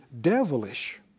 devilish